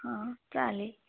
हां चालेल